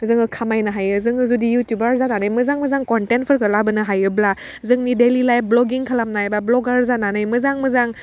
जोङो खामायनो हायो जोङो जुदि इउटुबार जानानै मोजां मोजां कनटेन्टफोरखौ लाबोनो हायोब्ला जोंनि डोइलि लाइफ भ्लगिं खालामनाय बा भ्लगार जानानै मोजां मोजां